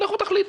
לכו תחליטו.